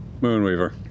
Moonweaver